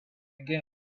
again